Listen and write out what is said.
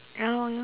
ya lor